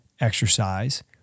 exercise